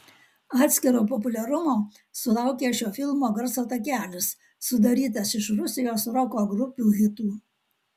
atskiro populiarumo sulaukė šio filmo garso takelis sudarytas iš rusijos roko grupių hitų